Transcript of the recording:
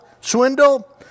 swindle